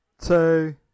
two